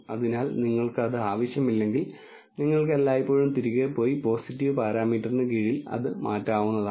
അതിനാൽ നിങ്ങൾക്ക് അത് ആവശ്യമില്ലെങ്കിൽ നിങ്ങൾക്ക് എല്ലായ്പ്പോഴും തിരികെ പോയി പോസിറ്റീവ് പാരാമീറ്ററിന് കീഴിൽ അത് മാറ്റാവുന്നതാണ്